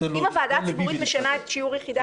אם הוועדה הציבורית משנה את שיעור יחידת המימון,